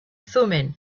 thummim